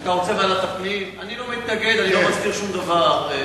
אני לא מתנגד, אני לא מסתיר שום דבר.